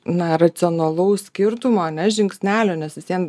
na racionalaus skirtumo ane žingsnelio nes vis vien